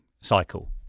cycle